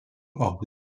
abu